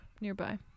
nearby